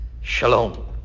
Shalom